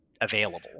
available